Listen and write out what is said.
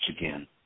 again